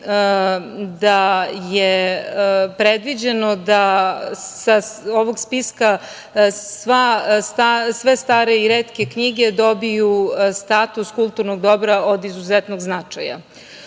dobra. Predviđeno je da sa ovog spiska sve stare i retke knjige dobiju status kulturnog dobra od izuzetnog značaja. Ono